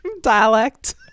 Dialect